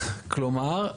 כלומר,